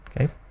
Okay